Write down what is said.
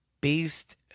beast